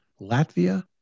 Latvia